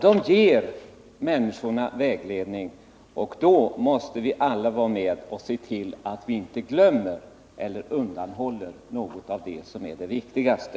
Där får människorna vägledning. Då måste vi alla vara med och se till att vi inte glömmer eller undanhåller något av det som är det viktigaste.